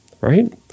Right